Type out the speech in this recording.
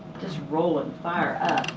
just rolling fire